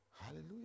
Hallelujah